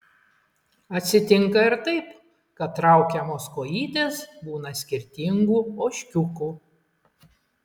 atsitinka ir taip kad traukiamos kojytės būna skirtingų ožkiukų